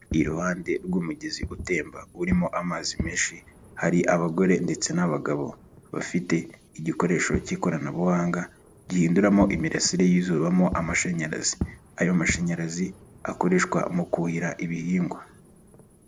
Iruhande rw'umugezi utemba urimo amazi menshi hari abagore ndetse n'abagabo bafite igikoresho cy'ikoranabuhanga gihinduramo imirasire y'izubamo amashanyarazi, ayo mashanyarazi akoreshwa mu kuhira ibihingwa.